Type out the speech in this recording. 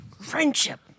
friendship